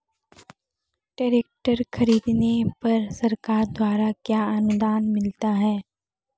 Tractor खरीदने पर सरकार द्वारा क्या अनुदान मिलता है?